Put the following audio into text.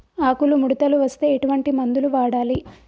ఆకులు ముడతలు వస్తే ఎటువంటి మందులు వాడాలి?